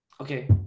Okay